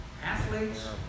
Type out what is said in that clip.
athletes